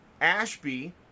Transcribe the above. Ashby